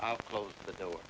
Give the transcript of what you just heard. i'll close the door